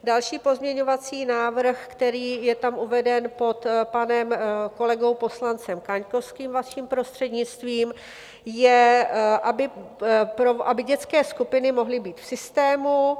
Další pozměňovací návrh, který je tam uveden pod panem kolegou poslancem Kaňkovským, vaším prostřednictvím, je, aby dětské skupiny mohly být v systému.